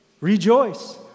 rejoice